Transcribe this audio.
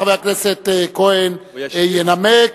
חבר הכנסת כהן ינמק,